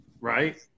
right